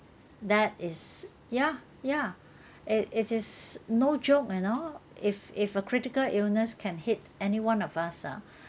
that is ya ya it it is no joke you know if if a critical illness can hit any one of us ah